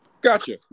Gotcha